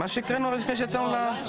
של המחנה הממלכתי ושל ש"ס.